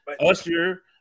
Usher